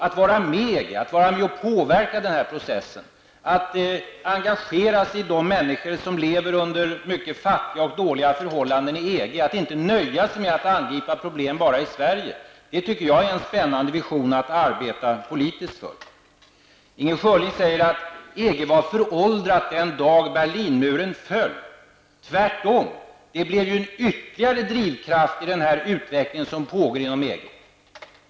Att vara med i EG, att vara med och påverka processen, att engagera sig i de människor som lever under mycket fattiga och dåliga förhållanden i EG, att inte nöja sig med att angripa problem bara i Sverige, tycker jag är en spännande vision att arbeta politiskt för. Inger Schörling säger att EG var föråldrat den dag Berlinmuren föll. Tvärtom, det blev ju ytterligare en drivkraft i den utveckling som pågår inom EG.